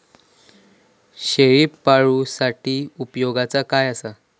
शेळीपाळूसाठी उपयोगाचा काय असा?